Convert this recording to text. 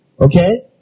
Okay